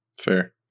Fair